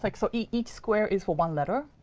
like so each square is for one letter,